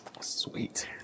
Sweet